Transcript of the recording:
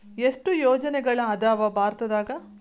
ಎಷ್ಟ್ ಯೋಜನೆಗಳ ಅದಾವ ಭಾರತದಾಗ?